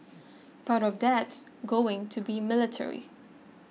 part of that's going to be military